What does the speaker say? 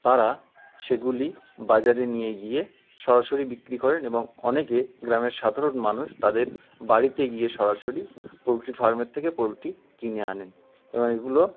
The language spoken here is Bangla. তারা সেগুলি বাজারে নিয়ে গিয়ে সরাসরি বিক্রি করেন এবং অনেকে গ্রামের সাধারণ মানুষ তাদের বাড়িতে গিয়ে সরাসরি পোলট্রি ফার্মের থেকে পোলট্রি কিনে আনেন এবং এগুলো